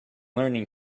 learning